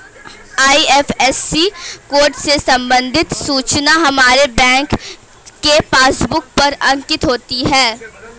IFSC code से संबंधित सूचना हमारे बैंक के पासबुक पर अंकित होती है